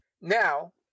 Now